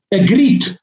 agreed